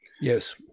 yes